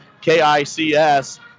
KICS